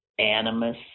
Animus